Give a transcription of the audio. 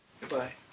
Goodbye